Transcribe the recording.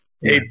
Hey